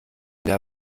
der